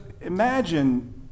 imagine